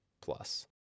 Plus